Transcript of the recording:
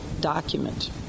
document